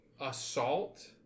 assault